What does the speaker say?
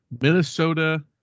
Minnesota